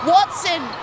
Watson